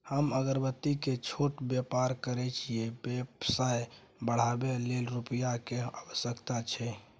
हम अगरबत्ती के छोट व्यापार करै छियै व्यवसाय बढाबै लै रुपिया के आवश्यकता छै?